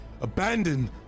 abandoned